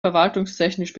verwaltungstechnisch